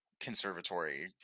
conservatory